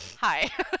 hi